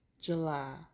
July